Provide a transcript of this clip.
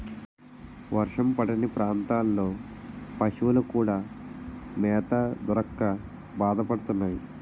వర్షం పడని ప్రాంతాల్లో పశువులు కూడా మేత దొరక్క బాధపడతాయి